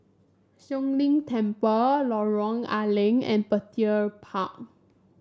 Siong Lim Temple Lorong A Leng and Petir Park